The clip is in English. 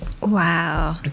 Wow